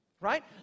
Right